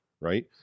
Right